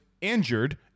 injured